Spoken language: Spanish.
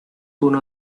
uno